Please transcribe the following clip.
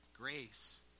grace